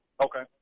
Okay